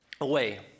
away